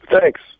Thanks